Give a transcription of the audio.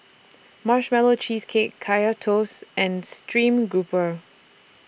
Marshmallow Cheesecake Kaya Toast and Stream Grouper